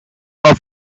rules